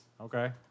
Okay